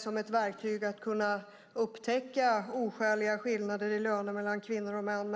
som ett verktyg för att upptäcka oskäliga skillnader i lön mellan kvinnor och män.